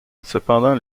cependant